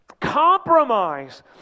compromise